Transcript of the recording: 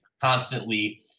constantly